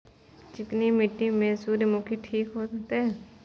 चिकनी मिट्टी में सूर्यमुखी ठीक होते?